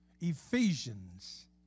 Ephesians